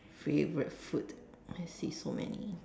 favourite food I see so many